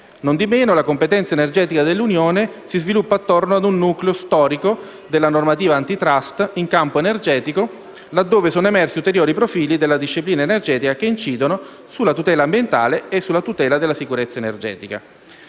Nondimeno, la competenza energetica dell'Unione si sviluppa attorno ad un nucleo storico della normativa *antitrust* in campo energetico, laddove sono emersi ulteriori profili della disciplina energetica, che incidono sulla tutela ambientale e sulla tutela della sicurezza energetica.